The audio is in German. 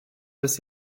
des